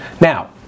Now